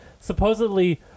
supposedly